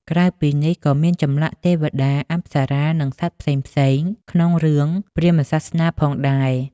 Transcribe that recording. ក្រៅពីនេះ ក៏មានចម្លាក់ ទេវតា អប្សរា និងសត្វផ្សេងៗក្នុងរឿងព្រាហ្មណ៍សាសនាផងដែរ។